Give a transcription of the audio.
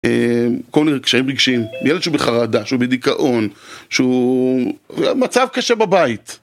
אמממ... כל מיני קשיים רגשיים, ילד שהוא בחרדה שהוא בדיכאון שהוא.. אהה... מצב קשה בבית